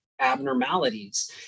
abnormalities